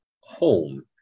home